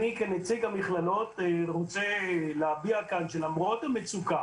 אני כנציג המכללות רוצה להביע כאן שלמרות המצוקה